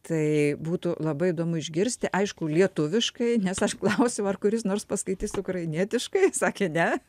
tai būtų labai įdomu išgirsti aišku lietuviškai nes aš klausiau ar kuris nors paskaitys ukrainietiškai sakė ne